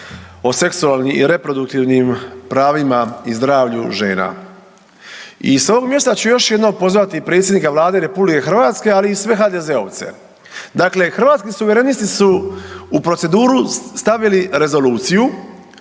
o seksualnim i reproduktivnim pravima i zdravlju žena. I s ovog mjesta ću još jednom pozvati predsjednika Vlade RH, ali i sve HDZ-ovce. Dakle, Hrvatski suverenisti su u proceduru stavili rezoluciju